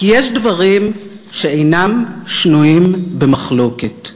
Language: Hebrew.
כי יש דברים שאינם שנויים במחלוקת.